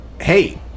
Hey